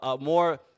more